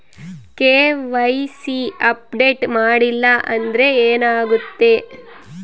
KYC update ಮಾಡಿಲ್ಲ ಅಂದ್ರೆ ಏನಾಗುತ್ತೆ?